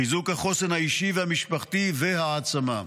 חיזוק החוסן האישי והמשפחתי והעצמה.